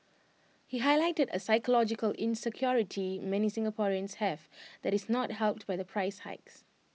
he highlighted A psychological insecurity many Singaporeans have that is not helped by the price hikes